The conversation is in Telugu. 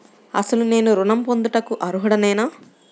అసలు నేను ఋణం పొందుటకు అర్హుడనేన?